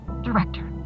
Director